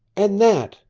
and that!